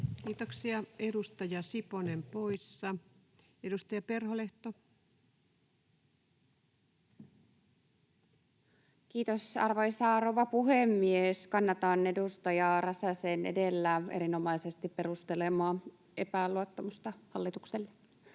muuttamisesta Time: 18:17 Content: Kiitos, arvoisa rouva puhemies! Kannatan edustaja Räsäsen edellä erinomaisesti perustelemaa epäluottamusta hallitukselle.